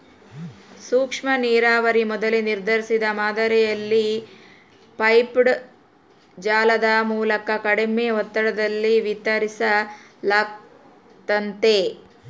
ಸೂಕ್ಷ್ಮನೀರಾವರಿ ಮೊದಲೇ ನಿರ್ಧರಿಸಿದ ಮಾದರಿಯಲ್ಲಿ ಪೈಪ್ಡ್ ಜಾಲದ ಮೂಲಕ ಕಡಿಮೆ ಒತ್ತಡದಲ್ಲಿ ವಿತರಿಸಲಾಗ್ತತೆ